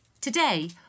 Today